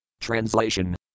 Translation